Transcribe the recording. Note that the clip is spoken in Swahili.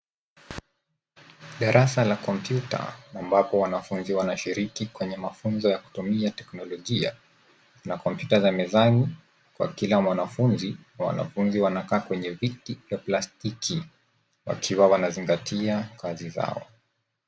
Darasa la kompyuta ambapo wanafunzi wanashiriki kwenye mafunzo ya kutumia teknolojia. Na kompyuta za mezani kwa kila mwanafunzi. Wanafunzi wanakaa kwenye viti vya plastiki wakiwa wanazingatia kazi zao.